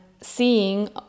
seeing